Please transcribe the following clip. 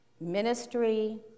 ministry